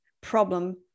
problem